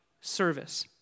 service